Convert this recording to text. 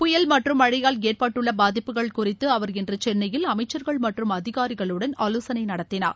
புயல் மற்றும் மழையால் ஏற்படடுள்ள பாதிப்புகள் குறித்து அவர் இன்று சென்னையில் அமைச்சர்கள் மற்றும் அதிகாரிகளுடன் ஆலோசனை நடத்தினார்